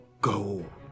go